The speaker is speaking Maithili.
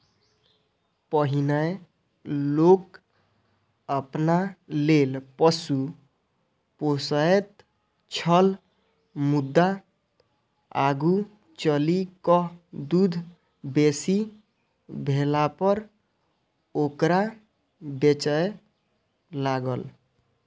पहिनै लोक अपना लेल पशु पोसैत छल मुदा आगू चलि क दूध बेसी भेलापर ओकरा बेचय लागल